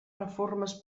reformes